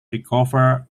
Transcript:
recover